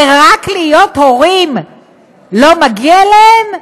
ורק להיות הורים לא מגיע להם.